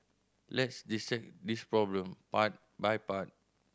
let's dissect this problem part by part